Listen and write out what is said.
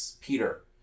Peter